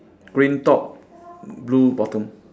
green top blue bottom